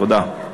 תודה.